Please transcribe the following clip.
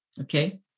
okay